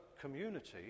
community